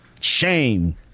Shame